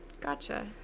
Gotcha